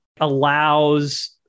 allows